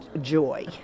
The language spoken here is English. joy